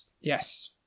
Yes